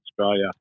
Australia